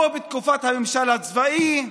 לא בתקופת הממשל הצבאי,